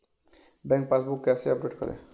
Bank passbook कैसे update करें?